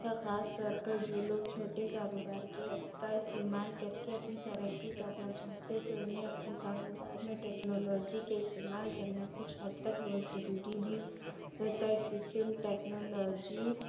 یا خاص طور پہ جو لوگ چھوٹے کاروبار کے کا استعمال کر کے اپنی ترقی کرنا چاہتے تو انہیں اپنے کاروبار میں ٹیکنالوجی کے استعمال کرنا کچھ حد تک بہت ضروری بھی ہوتا ہے کیونکہ ہم ٹیکنالوجی